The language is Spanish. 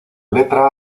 letra